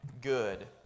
good